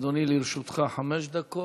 אדוני, לרשותך חמש דקות.